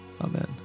Amen